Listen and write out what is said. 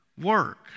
work